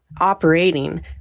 operating